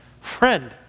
Friend